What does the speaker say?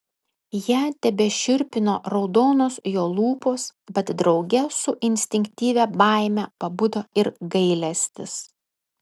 ją tebešiurpino raudonos jo lūpos bet drauge su instinktyvia baime pabudo ir gailestis